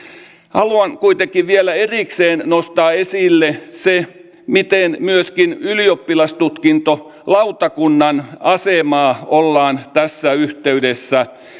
haluan kuitenkin vielä erikseen nostaa esille sen miten myöskin ylioppilastutkintolautakunnan asemaa ollaan tässä yhteydessä